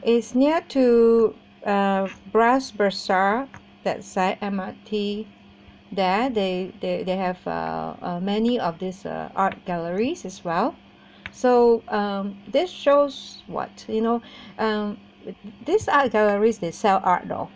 is near to uh Bras Basah that side M_R_T there they they have uh uh many of this uh art galleries as well so um this shows what you know um with this art galleries they sell art though